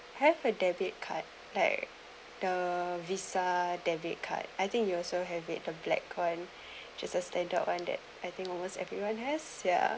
have a debit card like the visa debit card I think you also have it the black con just as stated one that I think almost everyone has ya